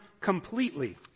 completely